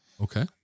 Okay